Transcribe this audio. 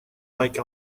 like